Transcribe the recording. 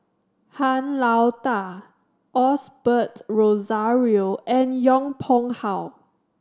Han Lao Da Osbert Rozario and Yong Pung How